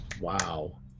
Wow